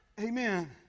Amen